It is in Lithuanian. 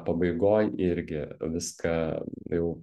pabaigoj irgi viską jau